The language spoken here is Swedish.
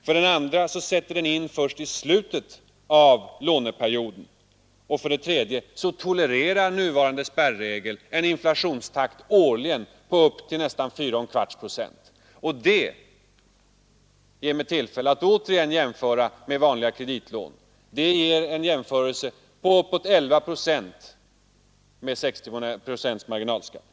Vidare sätter den in först i slutet av låneperioden, och dessutom tolererar den en årlig inflationstakt på upp till 4 1/4 procent. Det ger mig tillfälle att återigen göra en jämförelse med vanliga kreditlån. Detta motsvarar nämligen en låneränta på upp till 11 procent med 60 procents marginalskatt.